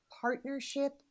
partnership